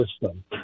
system